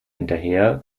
hinterher